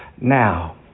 Now